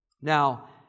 Now